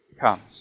comes